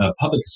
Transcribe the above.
public